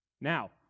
now